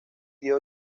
dio